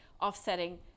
offsetting